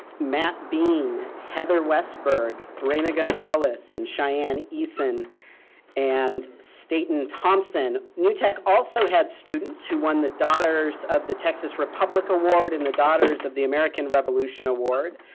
matt bean, heather westburg, reina gonzales, and cheyenne eassen and staten thompson. new tech also had students who won the daughters of the texas republic award and the daughters of the american revolution award,